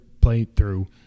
playthrough